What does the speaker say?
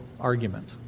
argument